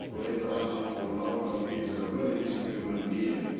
later on, i found out that he is a very decent human being,